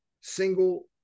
single